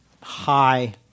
high